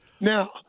Now